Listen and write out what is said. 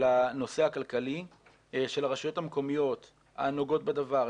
הנושא הכלכלי של הרשויות המקומיות הנוגעות בדבר,